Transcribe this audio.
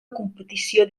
competició